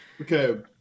Okay